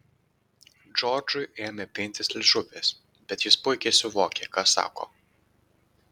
džordžui ėmė pintis liežuvis bet jis puikiai suvokė ką sako